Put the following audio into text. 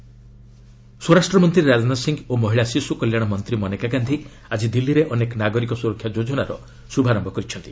ରାଜନାଥ ଓ୍ପିମେନ୍ ସେପ୍ ସ୍ୱରାଷ୍ଟ୍ର ମନ୍ତ୍ରୀ ରାଜନାଥ ସିଂହ ଓ ମହିଳା ଓ ଶିଶୁ କଲ୍ୟାଣ ମନ୍ତ୍ରୀ ମନେକା ଗାନ୍ଧି ଆଜି ଦିଲ୍କୀରେ ଅନେକ ନାଗରିକ ସୁରକ୍ଷା ଯୋଜନାର ଶୁଭାରମ୍ଭ କରିଛନ୍ତି